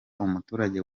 umuturage